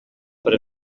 per